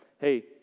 hey